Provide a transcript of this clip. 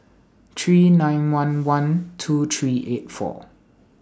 three nine one one two three eight four